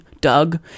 Doug